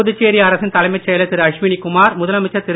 புதுச்சேரி அரசின் தலைமைச் செயலர் திரு அஸ்வினி குமார் முதலமைச்சர் திரு